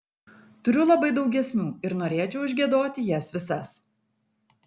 turiu labai daug giesmių ir norėčiau išgiedoti jas visas